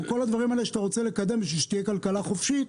או כל הדברים האלה שאתה רוצה לקדם כדי שתהיה כלכלה חופשית?